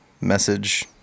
message